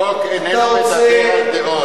אתה רוצה, החוק איננו מדבר על דעות.